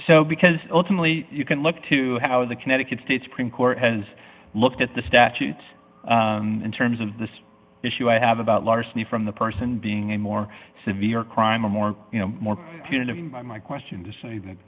so because ultimately you can look to how the connecticut state supreme court has looked at the statutes in terms of this issue i have about larceny from the person being a more severe crime a more you know more punitive my question to say that